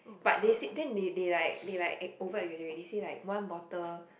but they said then they they like they like over exaggerate they say like one bottle